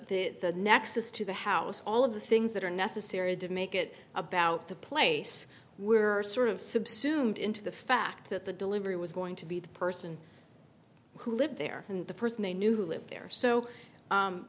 the the nexus to the house all of the things that are necessary to make it about the place were sort of subsumed into the fact that the delivery was going to be the person who lived there and the person they knew who lived there